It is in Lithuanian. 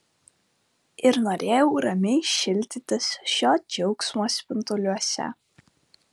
ir norėjau ramiai šildytis šio džiaugsmo spinduliuose